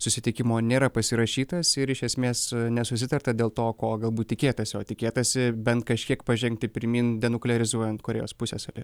susitikimo nėra pasirašytas ir iš esmės nesusitarta dėl to ko galbūt tikėtasi o tikėtasi bent kažkiek pažengti pirmyn denuklearizuoti korėjos pusiasalį